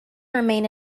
remained